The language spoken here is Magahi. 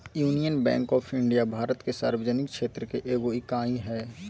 union Bank of India Bharat के सार्वजनिक क्षेत्र के एगो इकाई हइ